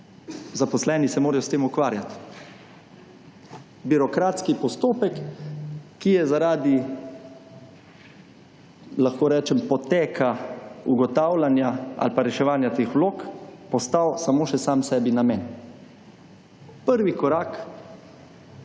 zaposleni se mora s tem ukvarjat. Birokratski postopek, ki je zaradi, lahko rečem, poteka ugotavljanja ali pa reševanja teh vlog, postal samo še sam sebi namen. Prvi korak k